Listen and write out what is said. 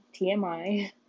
TMI